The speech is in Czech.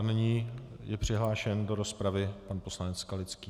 Nyní je přihlášen do rozpravy pan poslanec Skalický.